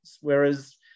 Whereas